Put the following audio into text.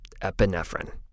epinephrine